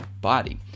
body